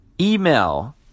email